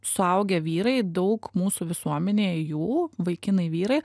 suaugę vyrai daug mūsų visuomenėje jų vaikinai vyrai